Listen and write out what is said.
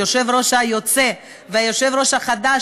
ליושב-ראש היוצא והיושב-ראש החדש,